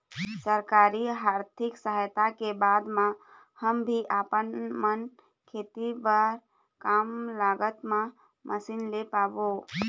सरकारी आरथिक सहायता के बाद मा हम भी आपमन खेती बार कम लागत मा मशीन ले पाबो?